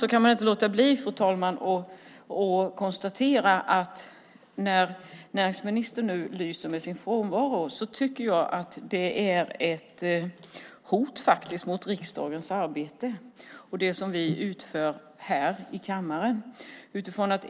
Då kan man inte låta bli, fru talman, att konstatera att när näringsministern nu lyser med sin frånvaro är det ett hot mot riksdagens arbete och det som vi utför här i kammaren.